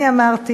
אני אמרתי